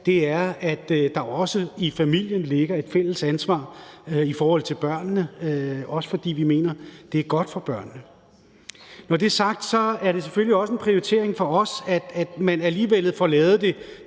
nemlig at der også i familien ligger et fælles ansvar i forhold til børnene; også fordi vi mener, at det er godt for børnene. Når det er sagt, er det selvfølgelig også en prioritering for os, at man alligevel får det